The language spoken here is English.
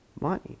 money